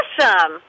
awesome